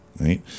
right